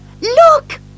Look